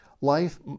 Life